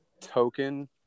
token